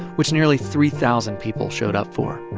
which nearly three thousand people showed up for,